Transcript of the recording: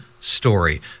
story